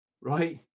right